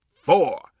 four